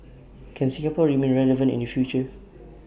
can Singapore remain relevant in the future